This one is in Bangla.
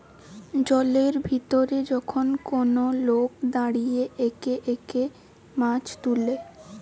জলের ভিতরে যখন কোন লোক দাঁড়িয়ে একে একে মাছ তুলে